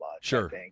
Sure